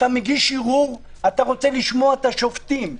אתה מגיש ערעור אתה רוצה לשמוע את השופטים.